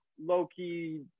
Loki